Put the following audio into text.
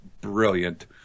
brilliant